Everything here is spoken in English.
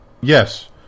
Yes